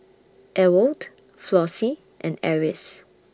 Ewald Flossie and Eris